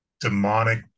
demonic